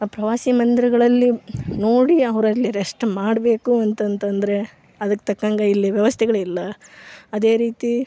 ಆ ಪ್ರವಾಸಿ ಮಂದಿರಗಳಲ್ಲಿ ನೋಡಿ ಅವರಲ್ಲಿ ರೆಸ್ಟ್ ಮಾಡಬೇಕು ಅಂತಂತಂದರೆ ಅದಕ್ಕೆ ತಕ್ನಂಗ ಇಲ್ಲಿ ವ್ಯವಸ್ಥೆಗಳು ಇಲ್ಲ ಅದೇ ರೀತಿ